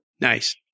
Nice